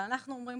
אנחנו אומרים